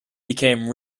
became